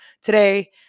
today